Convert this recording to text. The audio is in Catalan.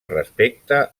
respecte